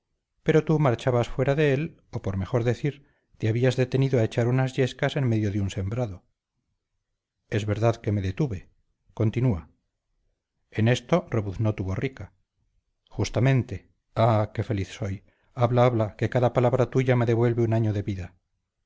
pero tú marchabas fuera de él o por mejor decir te habías detenido a echar unas yescas en medio de un sembrado es verdad que me detuve continúa en esto rebuznó tu borrica justamente ah qué feliz soy habla habla que cada palabra tuya me devuelve un año de vida